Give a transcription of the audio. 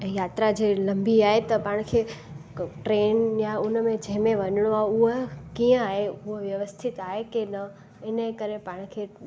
यात्रा जे लंबी आहे त पाण खे ट्रेन या उनमें जंहिंमें वञिणो आहे उहो कीअं आहे उहा व्यवस्थित आहे की न इनेकरे पाण खे